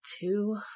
two